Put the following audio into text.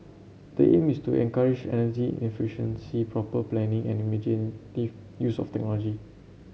the aim is to encourage energy efficiency proper planning and imaginative use of technology